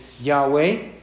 Yahweh